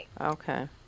Okay